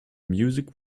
music